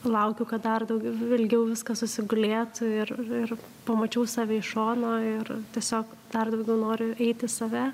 laukiu kad dar daugiau ilgiau viskas susigulėtų ir ir ir pamačiau save iš šono ir tiesiog dar daugiau noriu eit į save